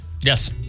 Yes